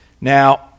Now